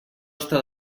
està